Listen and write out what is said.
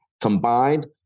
combined